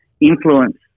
influence